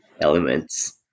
elements